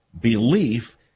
belief